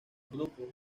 grupo